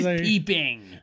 peeping